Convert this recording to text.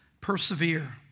Persevere